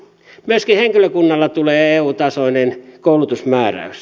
myöskin henkilökunnalle tulee eu tasoinen koulutusmääräys